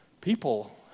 people